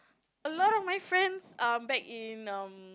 a lot of my friends um back in um